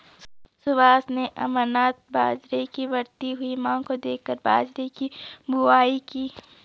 सुभाष ने अमरनाथ बाजरे की बढ़ती हुई मांग को देखकर बाजरे की बुवाई की